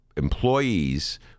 employees